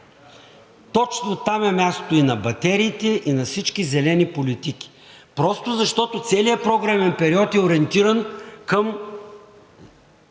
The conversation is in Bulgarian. Точно там е мястото и на батериите, и на всички зелени политики, защото целият програмен период е ориентиран към